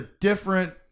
different